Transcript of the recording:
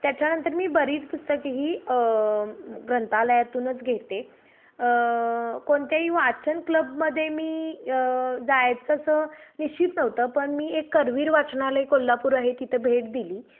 त्याच्यानंतर मी बरीच पुस्तकही ग्रंथालयातूनच घेते कोणत्याही वाचन क्लबमध्ये मी जायचं असं निश्चित नव्हतं पण मी एक करवीर वाचनालय कोल्हापूर आहे तिथं भेट दिली